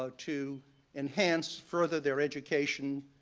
so to enhance, further their education,